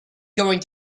going